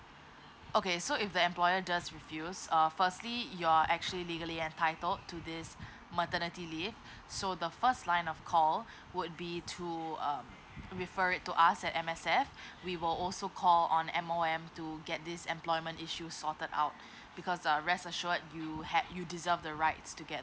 okay so if the employer does refuse err firstly you're actually legally entitled to this maternity leave so the first line of call would be to um refer it to us at M_S_F we will also call on M_O_M to get this employment issues sorted out because err rest assured you had you deserve the rights to get